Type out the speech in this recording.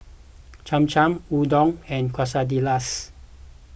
Cham Cham Udon and Quesadillas